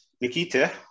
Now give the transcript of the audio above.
Nikita